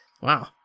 Wow